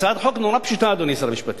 הצעת החוק היא נורא פשוטה, אדוני שר המשפטים.